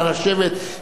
נא לשבת,